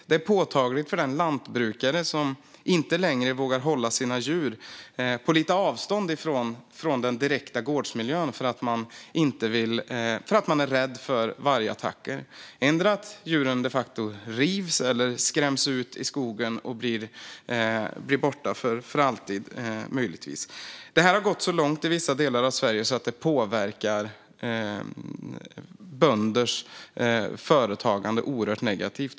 Det är påtagligt för den lantbrukare som inte längre vågar hålla sina djur på lite avstånd från den direkta gårdsmiljön för att man är rädd för vargattacker. Det kan vara antingen för att djuren de facto rivs eller för att de skräms ut i skogen och blir borta för alltid. Det här har gått så långt i vissa delar av Sverige att det påverkar bönders företagande oerhört negativt.